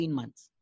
months